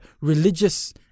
religious